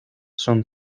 son